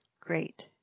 Great